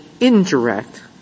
indirect